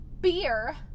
beer